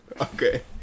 Okay